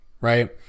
right